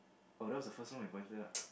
oh that was the first one I pointed out